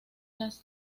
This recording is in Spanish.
las